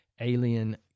alien